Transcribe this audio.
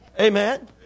Amen